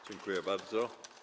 Dziękuję bardzo.